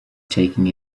taking